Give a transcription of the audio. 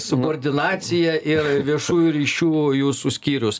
subordinacija ir viešųjų ryšių jūsų skyrius